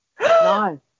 No